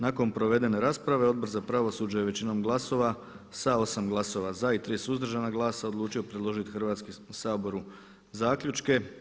Nakon provedene rasprave Odbor za pravosuđe je većinom glasova sa 8 glasova za i 3 suzdržana glasa odlučio predložiti Hrvatskom saboru zaključke.